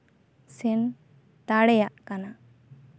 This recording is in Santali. ᱵᱟᱝᱜᱮ ᱥᱮᱱ ᱫᱟᱲᱮᱭᱟᱜ ᱠᱟᱱᱟ